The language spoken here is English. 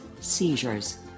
seizures